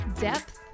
depth